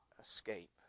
escape